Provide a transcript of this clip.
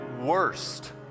worst